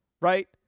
right